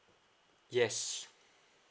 yes